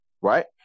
right